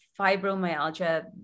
fibromyalgia